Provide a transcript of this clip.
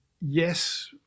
Yes